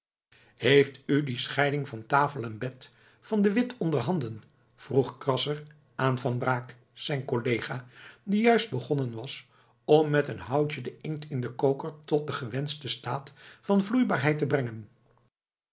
heeft u die scheiding van tafel en bed van de witt onderhanden vroeg krasser aan van blaak zijn collega die juist begonnen was om met een houtje den inkt in den koker tot den gewenschten staat van vloeibaarheid te brengen